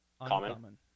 Uncommon